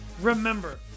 remember